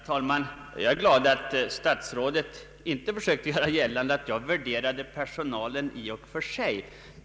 Herr talman! Jag är glad över att statsrådet inte har försökt göra gällan de att jag värderade personalen i pengar.